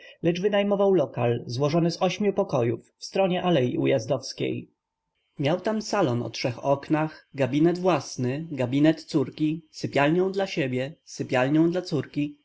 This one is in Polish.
lecz wynajmował lokal złożony z ośmiu pokojów w stronie alei ujazdowskiej miał tam salon o trzech oknach gabinet własny gabinet córki sypialnią dla siebie sypialnią dla córki